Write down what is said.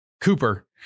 Cooper